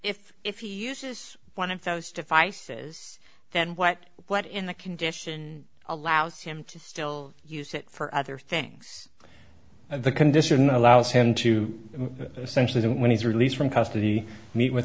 if if you use is one of those devices then what what in the condition allows him to still use it for other things the condition allows him to essentially when he's released from custody meet